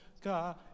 God